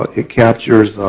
ah it captures